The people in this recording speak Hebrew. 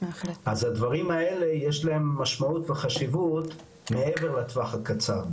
אז הדברים האלה יש להם משמעות וחשיבות מעבר לטווח הקצר,